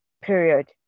period